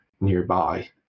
nearby